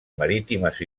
marítimes